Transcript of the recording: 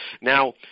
now